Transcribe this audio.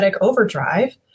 overdrive